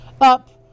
up